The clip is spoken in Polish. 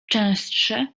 częstsze